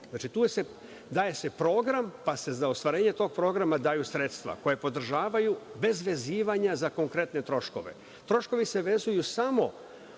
Znači, daje se program, pa se za ostvarenje tog programa daju sredstva koja podržavaju bez vezivanja za konkretne troškove. Troškovi se vezuju samo